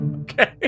Okay